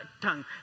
tongue